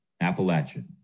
Appalachian